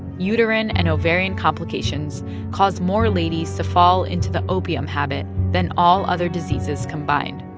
uterine and ovarian complications cause more ladies to fall into the opium habit than all other diseases combined.